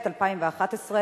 התשע"ב 2012,